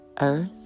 earth